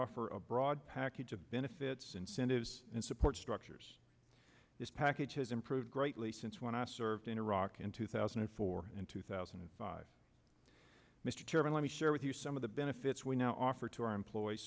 offer a broad package of benefits incentives and support structures this package has improved greatly since when i served in iraq in two thousand and four and two thousand and five mr chairman let me share with you some of the benefits we now offer to our employees